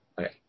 Okay